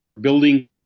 building